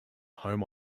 home